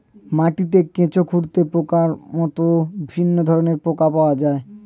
মাটিতে কেঁচো, কাটুই পোকার মতো বিভিন্ন ধরনের পোকা পাওয়া যায়